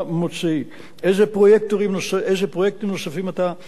איזה פרויקטים נוספים אתה מבצע?